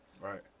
Right